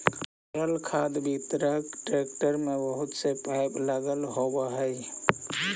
तरल खाद वितरक टेंकर में बहुत से पाइप लगल होवऽ हई